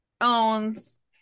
owns